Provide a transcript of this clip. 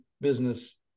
business